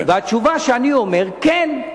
והתשובה שאני אומר: כן,